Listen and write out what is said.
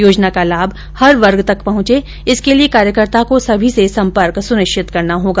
योजना का लाभ हर वर्ग तक पहुंचे इसके लिये कार्यकर्ता को सभी संपर्क सुनिश्चित करना होगा